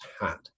hat